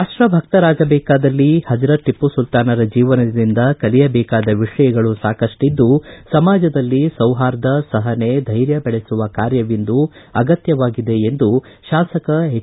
ರಾಷ್ಷಭಕ್ತರಾಗಬೇಕಾದಲ್ಲಿ ಹಜರತ್ ಟಪ್ಪುಸುಲ್ತಾನರ ಜೀವನದಿಂದ ಕಲಿಯಬೇಕಾದ ವಿಷಯಗಳು ಸಾಕಷ್ಟಿದ್ದು ಸಮಾಜದಲ್ಲಿ ಸೌಹಾರ್ದತೆ ಸಹನೆ ಧೈರ್ಯ ಬೆಳೆಸುವ ಕಾರ್ಯವಿಂದು ಅಗತ್ಯವಾಗಿದೆ ಎಂದು ಶಾಸಕ ಎಚ್